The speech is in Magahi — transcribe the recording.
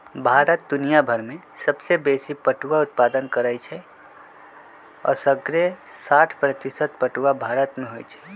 भारत दुनियाभर में सबसे बेशी पटुआ उत्पादन करै छइ असग्रे साठ प्रतिशत पटूआ भारत में होइ छइ